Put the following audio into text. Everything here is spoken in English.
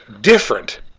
different